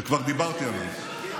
שכבר דיברתי על זה,